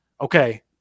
okay